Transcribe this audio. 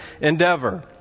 endeavor